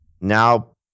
now